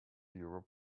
europe